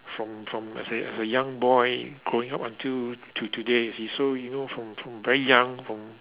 from from as a as a young boy growing up until to today you see so you know from from very young from